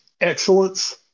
excellence